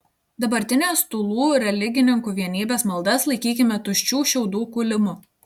dabartinės tūlų religininkų vienybės maldas laikykime tuščių šiaudų kūlimu